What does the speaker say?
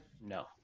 No